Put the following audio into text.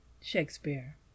Shakespeare